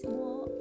more